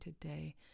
today